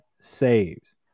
saves